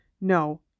No